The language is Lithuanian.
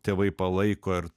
tėvai palaiko ir